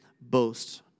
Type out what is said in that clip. boast